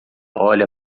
olha